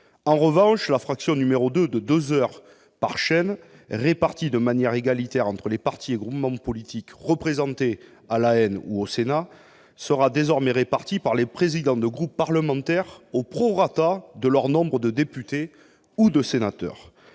En revanche, la deuxième fraction de deux heures par chaîne réparties de manière égalitaire entre les partis et groupements politiques représentés à l'Assemblée nationale ou au Sénat, sera désormais distribuée par les présidents de groupe parlementaire, au prorata de leur nombre de députés ou de sénateurs.